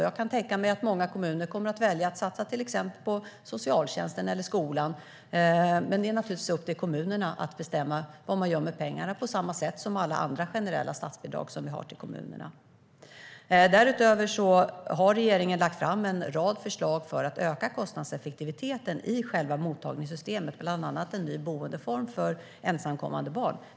Jag kan tänka mig att många kommuner kommer att välja att satsa på till exempel socialtjänsten eller skolan, men det är naturligtvis upp till kommunerna att bestämma vad de gör med pengarna, precis som med alla andra generella statsbidrag till kommunerna. Därutöver har regeringen lagt fram en rad förslag för att öka kostnadseffektiviteten i själva mottagningssystemet, bland annat en ny boendeform för ensamkommande barn.